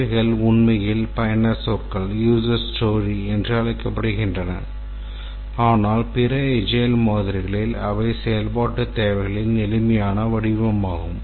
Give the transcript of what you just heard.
தேவைகள் உண்மையில் பயனர் சொற்கள் என்று அழைக்கப்படுகின்றன ஆனால் பிற எஜைல் மாதிரிகளில் அவை செயல்பாட்டு தேவைகளின் எளிமையான வடிவமாகும்